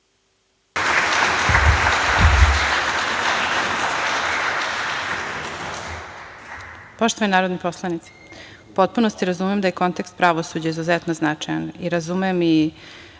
Poštovani narodni poslanici u potpunosti razumem da je kontekst pravosuđa izuzetno značajan i razumem i